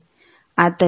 ಆದ್ದರಿಂದ ಈ ಮೈನಸ್